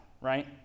right